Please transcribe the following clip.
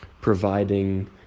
providing